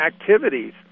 activities